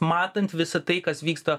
matant visa tai kas vyksta